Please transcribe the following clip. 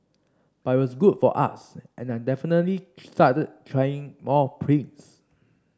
but it was good for us and I definitely started trying more prints